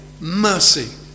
mercy